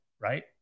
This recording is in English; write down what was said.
right